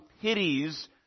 pities